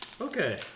Okay